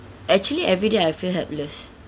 actually everyday I feel helpless